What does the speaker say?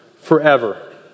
forever